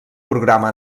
programa